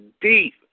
deep